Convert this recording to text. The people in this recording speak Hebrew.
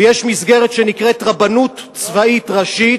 ויש מסגרת שנקראת רבנות צבאית ראשית.